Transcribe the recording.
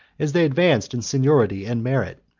as they advanced in seniority and merit,